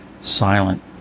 silent